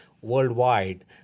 worldwide